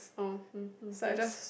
oh hmm hmm yes